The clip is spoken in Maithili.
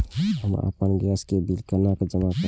हम आपन गैस के बिल केना जमा करबे?